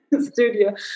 studio